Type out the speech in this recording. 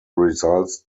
results